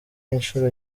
inshuro